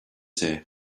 say